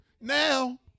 Now